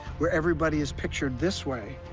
where everybody is pictured this way,